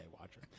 watcher